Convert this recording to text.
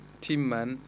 timan